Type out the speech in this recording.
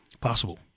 possible